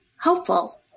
hopeful